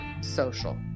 Social